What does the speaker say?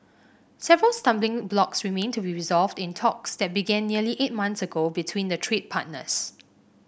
several stumbling blocks remain to be resolved in talks that began nearly eight months ago between the trade partners